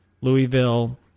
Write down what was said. Louisville